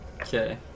Okay